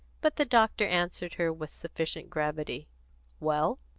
but the doctor answered her with sufficient gravity well?